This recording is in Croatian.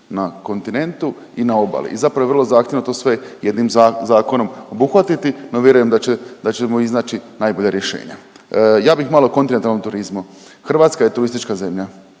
na kontinentu i na obali i zapravo je vrlo zahtjevno to sve jednim zakonom obuhvatiti, no vjerujem da ćemo iznaći najbolja rješenja. Ja bih malo o kontinentalnom turizmu. Hrvatska je turistička zemlja,